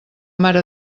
mare